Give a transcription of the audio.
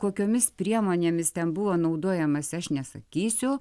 kokiomis priemonėmis ten buvo naudojamas aš nesakysiu